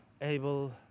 able